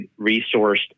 resourced